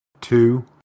Two